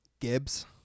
Gibbs